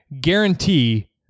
guarantee